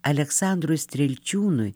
aleksandrui strielčiūnui